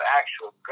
actual